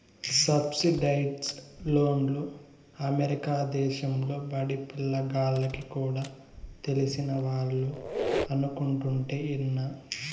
subsidised లోన్లు America దేశంలో బడిపిల్ల గాల్లకి కూడా తెలిసినవాళ్లు అనుకుంటుంటే ఇన్నా